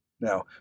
Now